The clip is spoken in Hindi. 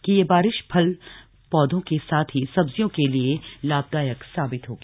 कि यह बारिश फल पौधों के साथ ही सब्जियों के लिए लाभदायक साबित होगी